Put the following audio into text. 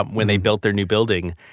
um when they built their new building,